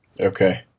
Okay